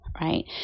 right